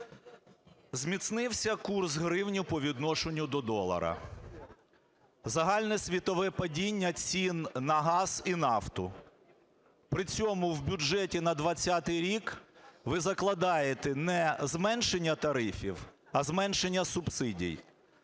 Зміцнився курс гривні по відношенню до долара. Загальносвітове падіння цін на газ і нафту. При цьому в бюджеті на 20-й рік ви закладаєте не зменшення тарифів, а зменшення субсидій.